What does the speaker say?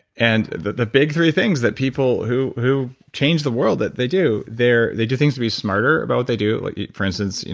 and the the big three things that people who who change the world that they do, they do things to be smarter about what they do. for instance,